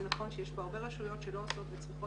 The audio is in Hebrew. זה נכון שיש פה הרבה רשויות שלא עושות וצריכות